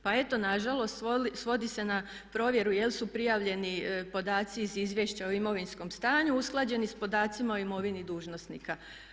Pa eto na žalost svodi se na provjeru jel' su prijavljeni podaci iz izvješća o imovinskom stanju usklađeni sa podacima o imovini dužnosnika.